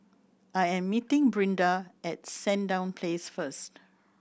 I am meeting Brinda at Sandown Place first